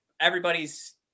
everybody's